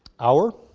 hour.